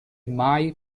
mai